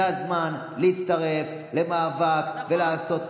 זה הזמן להצטרף למאבק ולעשות.